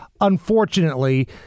Unfortunately